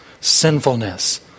sinfulness